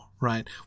right